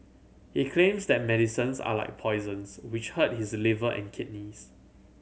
he claims that medicines are like poisons which hurt his liver and kidneys